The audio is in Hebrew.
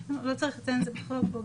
לא צריך לציין את זה בתקנות.